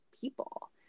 people